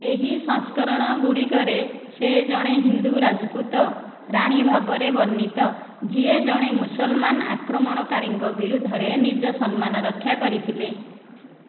ଏହି ସଂସ୍କରଣ ଗୁଡ଼ିକରେ ସେ ଜଣେ ହିନ୍ଦୁ ରାଜପୁତ ରାଣୀ ଭାବରେ ବର୍ଣ୍ଣିତ ଯିଏ ଜଣେ ମୁସଲମାନ ଆକ୍ରମଣକାରୀଙ୍କ ବିରୁଦ୍ଧରେ ନିଜ ସମ୍ମାନ ରକ୍ଷା କରିଥିଲେ